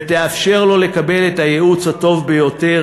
ותאפשר לו לקבל את הייעוץ הטוב ביותר